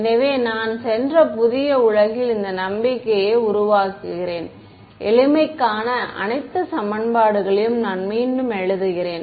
எனவே நான் சென்ற புதிய உலகில் இந்த நம்பிக்கையை உருவாக்குகிறேன் எளிமைக்கான அனைத்து சமன்பாடுகளையும் நான் மீண்டும் எழுதுகிறேன்